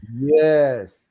Yes